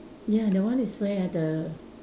ya that one is where ah the